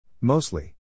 Mostly